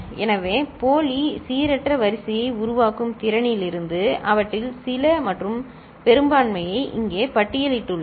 எனவே போலி சீரற்ற வரிசையை உருவாக்கும் திறனிலிருந்து அவற்றில் சில மற்றும் பெரும்பான்மையை இங்கே பட்டியலிட்டுள்ளேன்